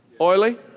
oily